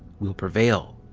we'll prevail.